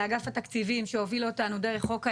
לאגף התקציבים שהוביל אותנו דרך חוק ההסדרים.